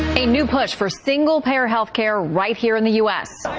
a new push for single-payer health care right here in the us.